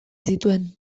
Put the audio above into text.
zituen